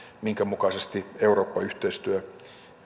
minkä mukaisesti eurooppa yhteistyö